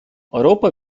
europa